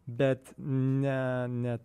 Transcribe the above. bet ne ne